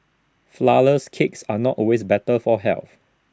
Flourless Cakes are not always better for health